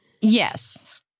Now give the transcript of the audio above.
Yes